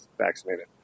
vaccinated